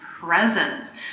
presence